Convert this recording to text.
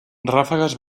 ráfagas